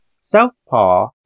Southpaw